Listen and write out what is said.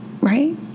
Right